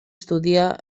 estudia